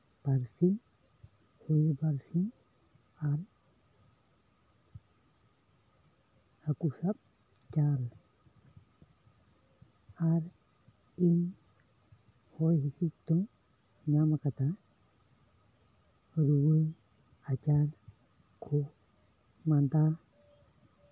ᱵᱟᱹᱲᱥᱤ ᱦᱳᱭ ᱵᱟᱹᱲᱥᱤ ᱟᱨ ᱦᱟ ᱠᱩ ᱥᱟᱵ ᱡᱟᱞ ᱟᱨ ᱤᱧ ᱦᱚᱭ ᱦᱤᱥᱤᱫ ᱫᱚ ᱧᱟᱢ ᱟᱠᱟᱫᱟ ᱨᱳᱜ ᱟᱡᱟᱨ ᱠᱷᱩᱜ ᱢᱟᱫᱟ